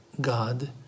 God